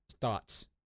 thoughts